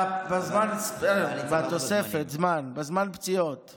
אבל זה על חשבון הזמן של הדברים שלך,